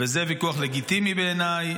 וזה ויכוח לגיטימי בעיניי,